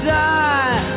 die